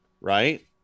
Right